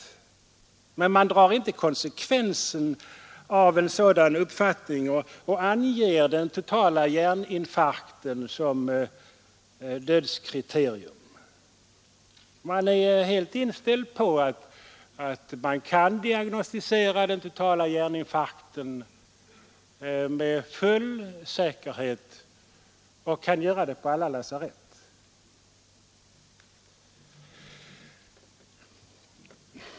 Men socialstyrelsen drar inte konsekvenserna av en sådan uppfattning och anger den totala hjärninfarkten som dödskriterium. Man är tydligen också av den uppfattningen att den totala hjärninfarkten kan diagnostiseras med full säkerhet — på alla lasarett.